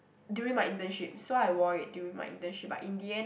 during my internship so I wore it during my internship but in the end